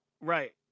Right